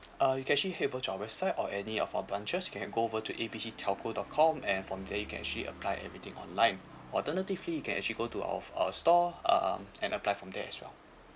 uh you can actually head over to our website or any of our branches you can go over to A B C telco dot com and from there you can actually apply everything online alternatively you can actually go to our uh store um and apply from there as well